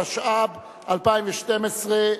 התשע"ב 2012,